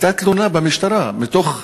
הייתה תלונה במשטרה, מתוך